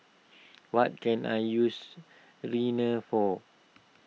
what can I use Rene for